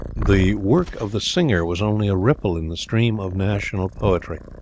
the work of the singer was only a ripple in the stream of national poetry.